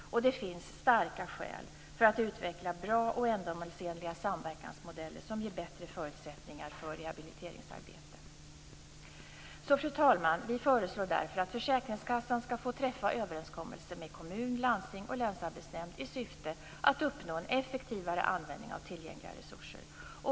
Det finns starka skäl för att utveckla bra och ändamålsenliga samverkansmodeller som ger bättre förutsättningar för rehabiliteringsarbete. Fru talman! Vi föreslår därför att försäkringskassan skall få träffa överenskommelser med kommun, landsting och länsarbetsnämnd i syfte att uppnå en effektivare användning av tillgängliga resurser.